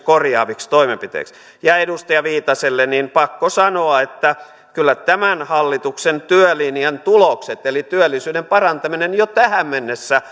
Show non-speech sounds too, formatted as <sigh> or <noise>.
<unintelligible> korjaaviksi toimenpiteiksi ja edustaja viitaselle on pakko sanoa että kyllä tämän hallituksen työlinjan tulokset eli työllisyyden parantaminen jo tähän mennessä <unintelligible>